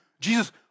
Jesus